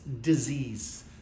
disease